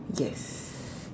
yes